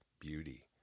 beauty